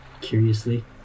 curiously